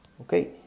okay